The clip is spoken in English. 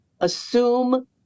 assume